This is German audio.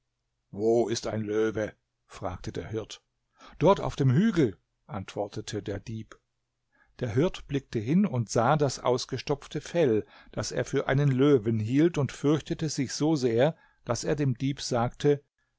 wo ist ein löwe fragte der hirt dort auf dem hügel antwortete der dieb der hirt blickte hin und sah das ausgestopfte fell das er für einen löwen hielt und fürchtete sich so sehr daß er dem dieb sagte